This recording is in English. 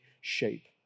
shape